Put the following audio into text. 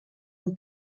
del